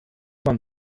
man